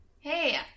Hey